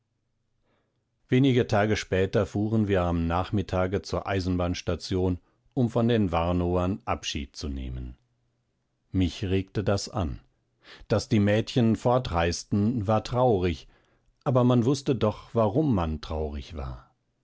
wenige tage später fuhren wir am nachmittag zur eisenbahnstation um von den warnowern abschied zu nehmen mich regte das an daß die mädchen fortreisten war traurig aber man wußte doch warum man traurig war